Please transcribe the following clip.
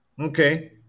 Okay